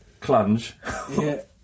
clunge